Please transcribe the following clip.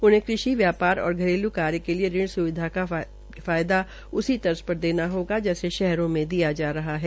उन्हें कृषि व्यापार और घरेलू कार्यो के लिए ऋण स्विधा का फायदा उसी तर्ज पर देना होगा जैसे शहरों में दिया जा रहा है